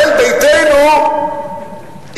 ישראל ביתנו,